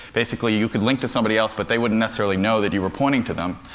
basically, you could link to somebody else but they wouldn't necessarily know that you were pointing to them.